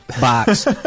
box